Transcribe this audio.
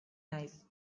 naiz